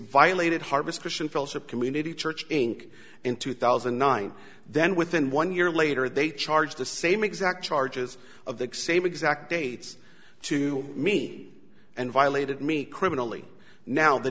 violated harvest christian fellowship community church inc in two thousand and nine then within one year later they charge the same exact charges of the same exact dates to me and violated me criminally now the